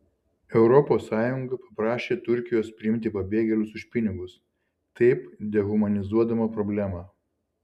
europos sąjunga paprašė turkijos priimti pabėgėlius už pinigus taip dehumanizuodama problemą